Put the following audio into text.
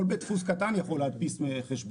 כל בית דפוס קטן יכול להדפיס חשבונות.